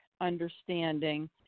understanding